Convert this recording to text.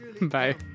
Bye